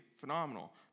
phenomenal